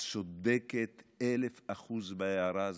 את צודקת באלף אחוז בהערה הזאת,